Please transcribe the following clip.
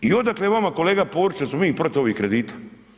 I odakle vama, kolega ... da smo mi protiv ovih kredita?